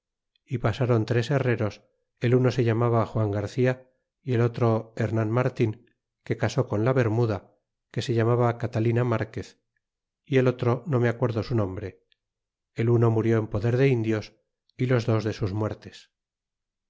é pasron tres herreros el uno se llamaba juan garcía y el otro hernan martin que casó con la bermuda que se llamaba catalina marquez y el otro no me acuerdo su nombre el uno murió en poder de indios é los dos de sus muertes